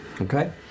Okay